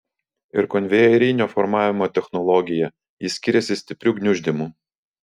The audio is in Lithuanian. ir konvejerinio formavimo technologija ji skiriasi stipriu gniuždymu